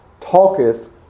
talketh